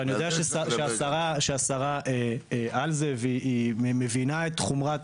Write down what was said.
אני יודע שהשרה על זה, והיא מבינה את חומרת